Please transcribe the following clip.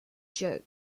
joke